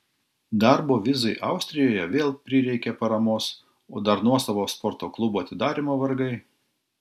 darbo vizai austrijoje vėl prireikė paramos o dar nuosavo sporto klubo atidarymo vargai